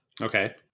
Okay